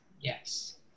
Yes